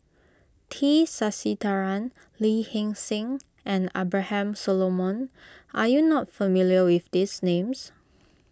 T Sasitharan Lee Hee Seng and Abraham Solomon are you not familiar with these names